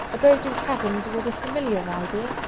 abode in caverns was a familiar idea,